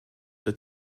for